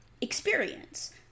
experience